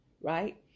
right